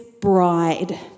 bride